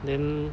then